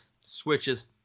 switches